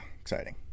exciting